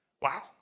Wow